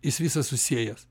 jis visas susiejas